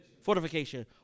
Fortification